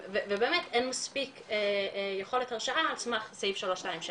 ובאמת אין מספיק יכולת הרשעה על סמך סעיף 327,